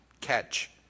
catch